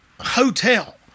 hotel